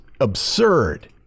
absurd